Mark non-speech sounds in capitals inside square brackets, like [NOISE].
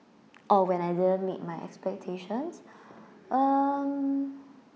oh when I didn't meet my expectations [BREATH] um